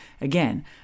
Again